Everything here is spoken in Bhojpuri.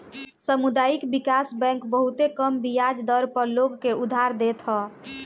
सामुदायिक विकास बैंक बहुते कम बियाज दर पअ लोग के उधार देत हअ